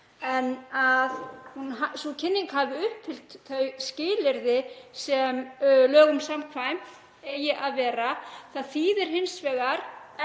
að sú kynning hafi uppfyllt þau skilyrði sem lögum samkvæmt eigi að vera. Það þýðir hins vegar